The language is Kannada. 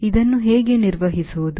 ಇದನ್ನು ಹೇಗೆ ನಿರ್ವಹಿಸುವುದು